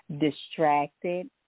distracted